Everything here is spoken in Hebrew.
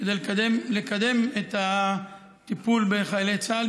כדי לקדם את הטיפול בחיילי צה"ל,